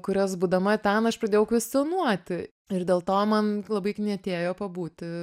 kurias būdama ten aš pradėjau kvestionuoti ir dėl to man labai knietėjo pabūti